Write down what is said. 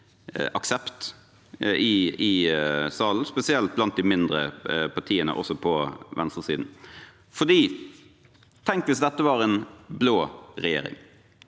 aksept i salen, spesielt blant de mindre partiene, også på venstresiden. Tenk hvis det var en blå regjering